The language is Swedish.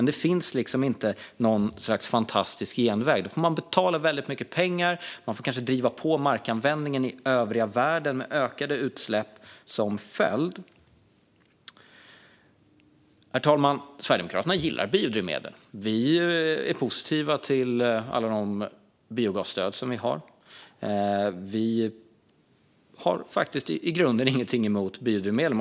Det finns inte något slags fantastisk genväg, utan vill man ha mer biodrivmedel får man betala väldigt mycket pengar och driva på markanvändningen i den övriga världen med ökade utsläpp som följd. Herr talman! Sverigedemokraterna gillar biodrivmedel. Vi är positiva till alla de biogasstöd som vi har, och vi har faktiskt ingenting emot biodrivmedel.